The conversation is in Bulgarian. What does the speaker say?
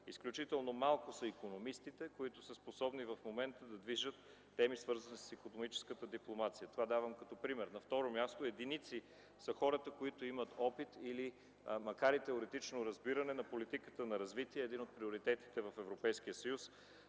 Изключително малко са икономистите, които са способни в момента да движат теми, свързани с икономическата дипломация – това давам като пример. На второ място, единици са хората, които имат опит или макар и теоретично разбиране на политиката на развитие – един от приоритетите в Европейския съюз